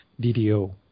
DDO